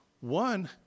one